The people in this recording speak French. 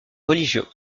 religieux